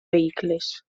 vehicles